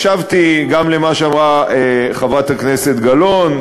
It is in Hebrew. הקשבתי גם למה שאמרה חברת הכנסת גלאון,